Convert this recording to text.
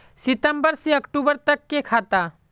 सितम्बर से अक्टूबर तक के खाता?